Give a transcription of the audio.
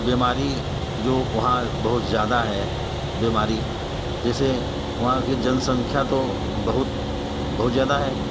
बीमारी जो वहाँ बहुत ज़्यादा है बीमारी जैसे वहाँ की जनसंख्या तो बहुत बहुत ज़्यादा है